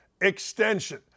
extension